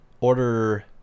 Order